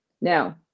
Now